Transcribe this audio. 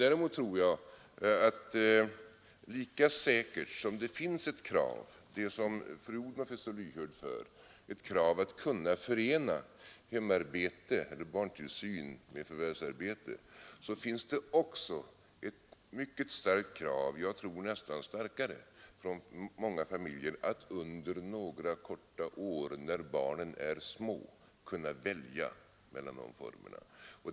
Däremot tror jag att lika säkert som det finns ett krav — det som statsrådet Odhnoff är så lyhörd för — att kunna förena hemarbete eller barntillsyn med förvärvsarbete, lika säkert finns det ett mycket starkt krav — jag tror nästan starkare — från många familjer att under några korta år när barnen är små kunna välja mellan dessa båda former.